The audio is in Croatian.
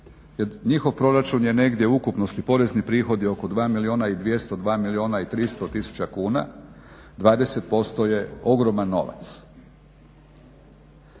njihov proračun je negdje u ukupnosti porezni prihod je oko 2 milijuna i 202 milijuna i 300000 kuna. 20% je ogroman novac.